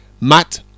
Matt